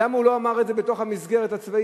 למה הוא לא אמר את זה בתוך המסגרת הצבאית.